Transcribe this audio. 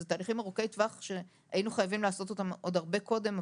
אלה תהליכים ארוכי טווח ,שהיינו חייבים לעשות אותם עוד הרבה קודם,